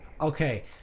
Okay